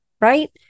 right